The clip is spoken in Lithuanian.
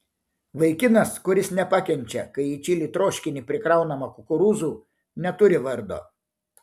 vaikinas kuris nepakenčia kai į čili troškinį prikraunama kukurūzų neturi vardo